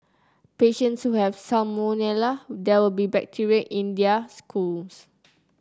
patients who have salmonella there will be bacteria in their schools